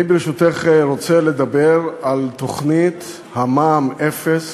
ברשותך, אני רוצה לדבר על תוכנית מע"מ אפס